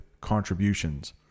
contributions